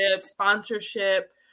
sponsorship